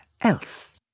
else